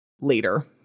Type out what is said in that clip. later